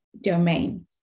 domain